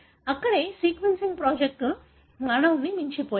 అక్కడే సీక్వెన్సింగ్ ప్రాజెక్టులు మానవుడిని మించిపోయాయి